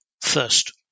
first